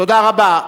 תודה רבה.